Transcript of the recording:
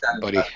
buddy